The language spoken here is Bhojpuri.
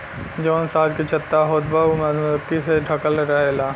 जवन शहद के छत्ता होत बा उ मधुमक्खी से ढकल रहेला